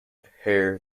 hair